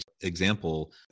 example